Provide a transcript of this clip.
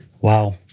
Wow